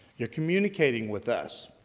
you're communicating with us.